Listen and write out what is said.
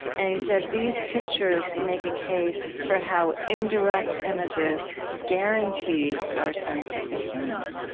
and you said, these pictures make a case for how indirect images guarantee our sense of the human.